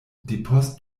depost